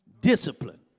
Discipline